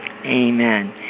Amen